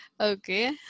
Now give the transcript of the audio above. Okay